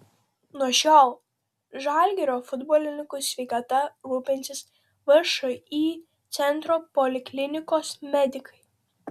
nuo šiol žalgirio futbolininkų sveikata rūpinsis všį centro poliklinikos medikai